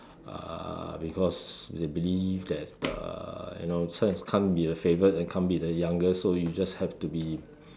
uh because they believe that uh you know so this one is can't be the favoured and can't be the youngest so you just have to be